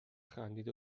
خندید